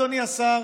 אדוני השר,